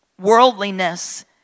Worldliness